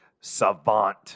savant